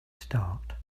start